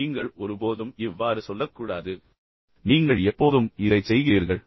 மேலும் நீங்கள் ஒருபோதும் இவ்வாறு சொல்லக்கூடாது நீங்கள் எப்போதும் இதைச் செய்கிறீர்கள்